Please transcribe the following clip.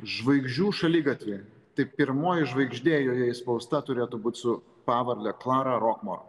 žvaigždžių šaligatvį tai pirmoji žvaigždė joje įspausta turėtų būt su pavarde klara rokmor